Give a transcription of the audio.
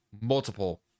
multiple